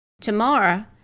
Tomorrow